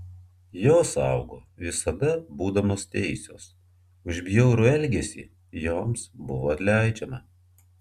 jos augo visada būdamos teisios už bjaurų elgesį joms buvo atleidžiama